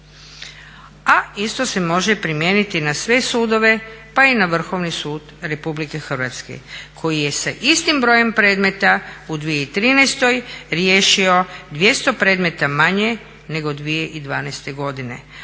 A isto se može primijeniti i na sve sudove pa i na Vrhovni sud RH koji je sa istim brojem predmeta u 2013. riješio 200 predmeta manje nego 2012. godine,